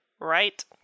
right